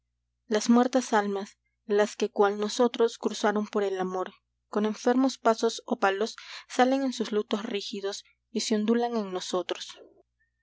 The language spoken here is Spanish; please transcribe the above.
las muertas almas las que cual nosotros cruzaron por el amor con enfermos pasos ópalos salen en sus lutos rígidos y se ondulan en nosotros